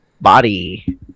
body